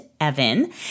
Evan